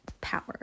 power